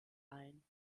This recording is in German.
ein